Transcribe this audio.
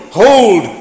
hold